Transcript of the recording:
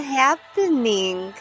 happening